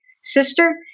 sister